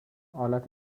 آلت